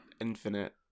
Infinite